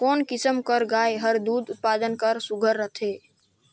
कोन किसम कर गाय हर दूध उत्पादन बर सुघ्घर रथे?